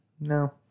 no